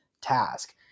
task